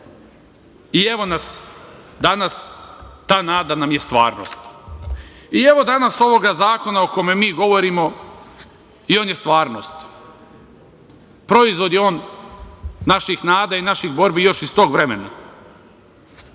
i evo nas danas, ta nada nam je stvarnost. I, evo danas ovog zakona o kome mi govorimo i on je stvarnost. Proizvod je on naših nada i naših borbi još iz tog vremena. Nije